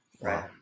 right